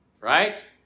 Right